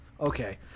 Okay